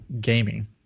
gaming